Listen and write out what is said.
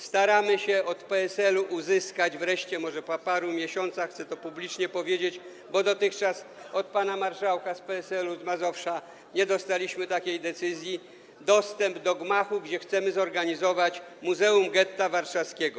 Staramy się od PSL-u uzyskać wreszcie - może uda się po paru miesiącach, chcę to publicznie powiedzieć, bo dotychczas od pana marszałka z PSL-u z Mazowsza nie dostaliśmy takiej decyzji - dostęp do gmachu, gdzie chcemy zorganizować Muzeum Getta Warszawskiego.